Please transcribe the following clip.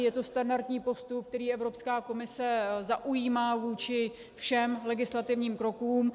Je to standardní postup, který Evropská komise zaujímá vůči všem legislativním krokům.